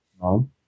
No